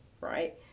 right